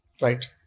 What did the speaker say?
Right